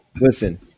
Listen